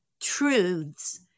truths